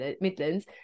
Midlands